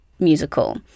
musical